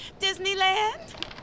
Disneyland